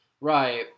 Right